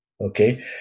okay